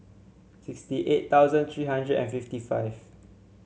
sixty eight thousand three hundred and fifty five